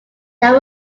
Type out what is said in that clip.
there